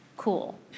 Cool